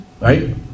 Right